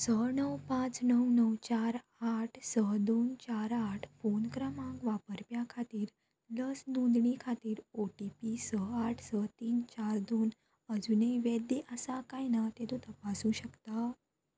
स णव पांच णव णव चार आठ स दोन चार आठ फोन क्रमांक वापरप्या खातीर लस नोंदणी खातीर ओ टी पी स आठ स तीन चार दोन अजुनूय वेद्य आसा काय ना तें तूं तपासूंक शकता